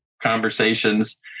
conversations